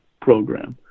program